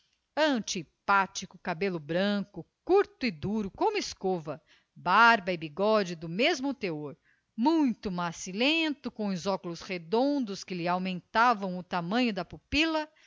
anos antipático cabelo branco curto e duro como escova barba e bigode do mesmo teor muito macilento com uns óculos redondos que lhe aumentavam o tamanho da pupila